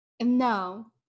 No